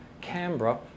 Canberra